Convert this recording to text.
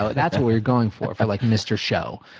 so that's what we were going for, for like mr. show.